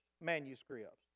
manuscripts